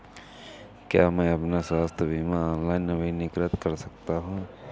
क्या मैं अपना स्वास्थ्य बीमा ऑनलाइन नवीनीकृत कर सकता हूँ?